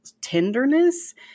tenderness